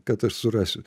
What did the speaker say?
kad aš surasiu